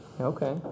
Okay